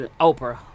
Oprah